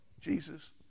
Jesus